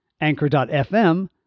Anchor.fm